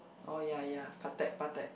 oh ya ya Patek Patek